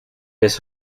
his